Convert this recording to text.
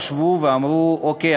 חשבו ואמרו: אוקיי,